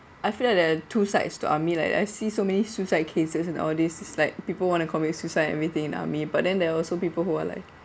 I feel like there are two sides to army like that I see so many suicide cases nowadays this is like people want to commit suicide and everything in army but then there are also people who are like